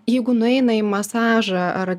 jeigu nueina į masažą ar